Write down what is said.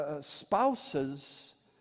spouses